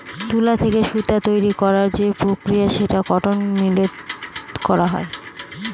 তুলা থেকে সুতা তৈরী করার যে প্রক্রিয়া সেটা কটন মিলে করা হয়